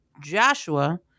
Joshua